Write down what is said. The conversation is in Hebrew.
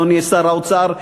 אדוני שר האוצר,